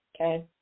okay